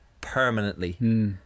permanently